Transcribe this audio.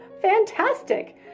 Fantastic